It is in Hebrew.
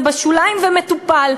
זה בשוליים ומטופל.